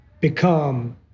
become